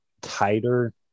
tighter